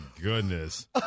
goodness